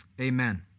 Amen